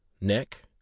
neck